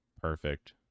Perfect